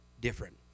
different